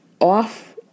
off